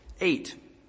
eight